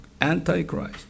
Antichrist